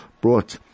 brought